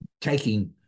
taking